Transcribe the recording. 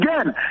again